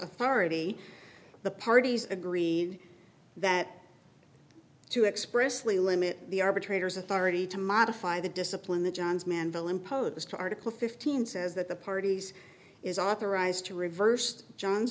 authority the parties agreed that to expressly limit the arbitrators authority to modify the discipline the johns manville impose to article fifteen says that the parties is authorized to reversed john's